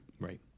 right